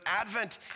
Advent